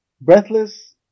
Breathless